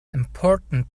important